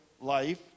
life